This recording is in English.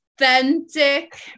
authentic